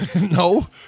No